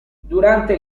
durante